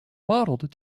modeled